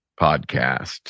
podcast